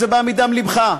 זה בא מדם לבך.